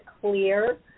clear